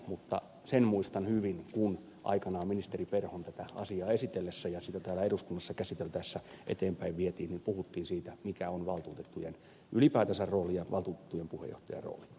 mutta sen muistan hyvin että kun aikanaan ministeri perho tätä asiaa esitteli ja sitä täällä eduskunnassa käsiteltäessä eteenpäin vietiin niin puhuttiin siitä mikä on ylipäätänsä valtuutettujen rooli ja valtuutettujen puheenjohtajan rooli